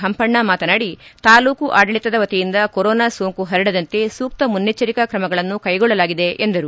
ಪಂಪಣ್ಣ ಮಾತನಾಡಿ ತಾಲೂಕು ಆಡಳಿತದ ವತಿಯಿಂದ ಕೊರೊನಾ ಸೋಂಕು ಹರಡದಂತೆ ಸೂಕ್ತ ಮುನ್ನೆಚ್ಚರಿಕೆ ಕ್ರಮಗಳನ್ನು ಕೈಗೊಳ್ಳಲಾಗಿದೆ ಎಂದರು